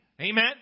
Amen